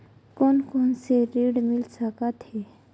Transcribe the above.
कोन कोन से ऋण मिल सकत हे?